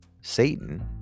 Satan